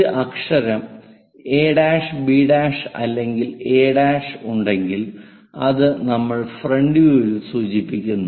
ഒരു അക്ഷരം A' B' a'b' അല്ലെങ്കിൽ എ' a' ഉണ്ടെങ്കിൽ അത് നമ്മൾ ഫ്രണ്ട് വ്യൂ ഇൽ സൂചിപ്പിക്കുന്നു